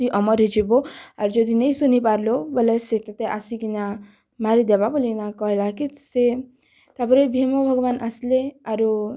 ତୁଇ ଅମର୍ ହେଇଯିବୁ ଆର୍ ଯଦି ନି ଶୁନି ପାର୍ଲୁ ବେଲେ ସେ ତୋତେ ଆସିକିନା ମାରିଦେବା ବୋଲିକିନା କହେଲାକେ ସେ ତା'ର୍ପରେ ଭୀମ ଭଗବାନ୍ ଆସ୍ଲେ ଆରୁ